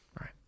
right